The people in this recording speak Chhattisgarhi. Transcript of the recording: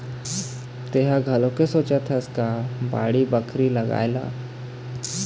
तेंहा घलोक सोचत हस का बाड़ी बखरी लगाए ला?